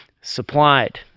supplied